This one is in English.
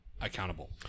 accountable